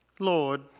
Lord